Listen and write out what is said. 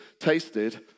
tasted